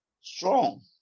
strong